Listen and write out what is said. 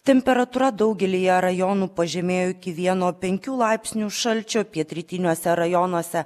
temperatūra daugelyje rajonų pažemėjo iki vieno penkių laipsnių šalčio pietrytiniuose rajonuose